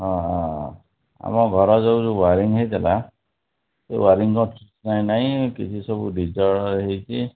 ହଁ ହଁ ହଁ ଆମ ଘର ଯେଉଁ ୱାରିଙ୍ଗ୍ ହେଇଥିଲା ସେ ୱାରିଙ୍ଗ୍ କ'ଣ ନାହିଁ କିଛି ସବୁ ଡିସ୍ଅର୍ଡ଼ର୍ ହୋଇଛି